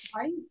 Right